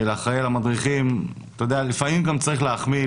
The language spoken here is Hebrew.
נודע למדריך כי חבר הקבוצה ביקר במקום או באירוע כאמור,